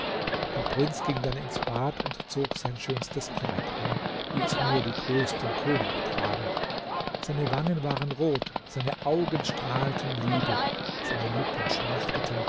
der prinz ging dann ins bad und zog sein schönstes kleid an wie es nur die größten könige tragen seine wangen waren rot seine augen strahlten liebe seine lippen schmachteten